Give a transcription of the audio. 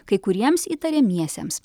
kai kuriems įtariamiesiems